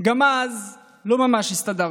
גם אז לא ממש הסתדרתי.